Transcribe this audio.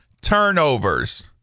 turnovers